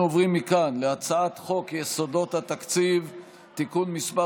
אנחנו עוברים מכאן להצעת חוק יסודות התקציב (תיקון מס'